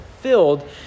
filled